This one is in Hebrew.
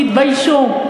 תתביישו.